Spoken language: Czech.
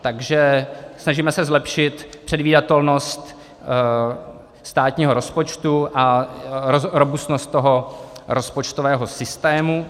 Takže snažíme se zlepšit předvídatelnost státního rozpočtu a robustnost toho rozpočtového systému.